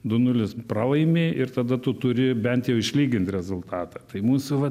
du nulis pralaimi ir tada tu turi bent išlygint rezultatą tai mūsų va